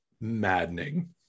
maddening